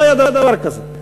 לא היה דבר כזה.